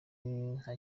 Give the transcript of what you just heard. nta